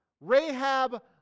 Rahab